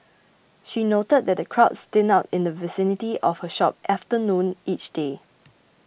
she noted that the crowds thin out in the vicinity of her shop after noon each day